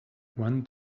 one